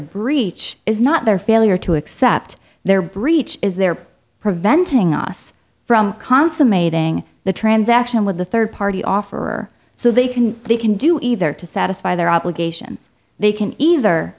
breach is not their failure to accept their breach is they're preventing us from consummating the transaction with a third party offer so they can they can do either to satisfy their obligations they can either